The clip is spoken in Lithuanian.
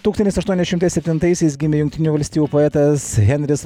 tūkstantis aštuoni šimtai septintaisiais gimė jungtinių valstijų poetas henris